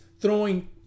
throwing